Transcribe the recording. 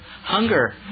hunger